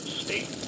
state